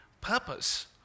purpose